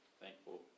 thankful